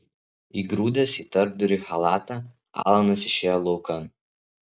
įgrūdęs į tarpdurį chalatą alanas išėjo laukan